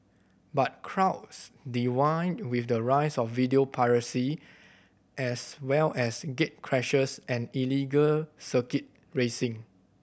but crowds with the rise of video piracy as well as gatecrashers and illegal circuit racing